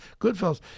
Goodfellas